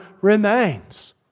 remains